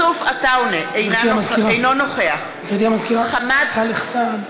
עטאונה, אינו נוכח חמד עמאר,